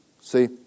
See